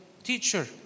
Teacher